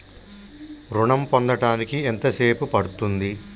ఋణం పొందడానికి ఎంత సేపు పడ్తుంది?